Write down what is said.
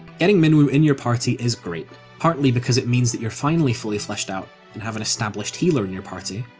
getting minwu in your party is great, partly because it means that you're finally fully fleshed out and have an established healer in your party,